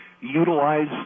utilize